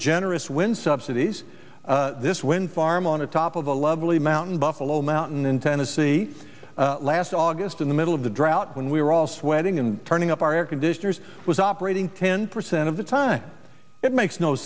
generous when subsidies this wind farm on the top of a lovely mountain buffalo mountain in tennessee last august in the middle of the drought when we were all sweating and turning up our air conditioners was operating ten percent of the time it makes no